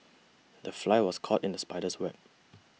the fly was caught in the spider's web